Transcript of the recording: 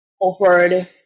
offered